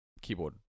keyboard